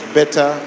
better